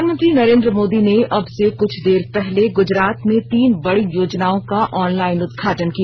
प्रधानमंत्री नरेंद्र मोदी ने अब से कुछ देर पहले गुजरात में तीन बड़ी योजनाओं का ऑनलाइन उदघाटन किया